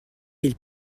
ils